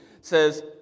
says